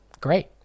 great